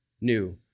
new